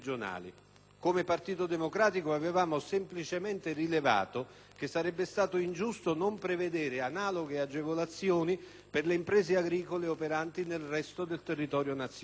Come Partito Democratico avevamo semplicemente rilevato che sarebbe stato ingiusto non prevedere analoghe agevolazioni per le imprese agricole operanti nel resto del territorio nazionale.